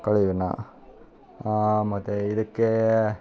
ಕಳೆಯನ್ನು ಮತ್ತು ಇದಕ್ಕೇ